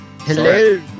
Hello